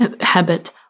habit